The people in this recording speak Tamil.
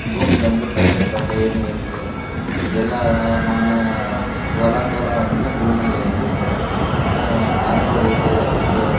பூமி வந்து பச்சை பசேல்ன்னு இருக்கு எல்லாமான வளங்களும் வந்து பூமியில் இருக்கு அறுவடை செய்கிறதுக்கு